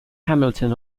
hamilton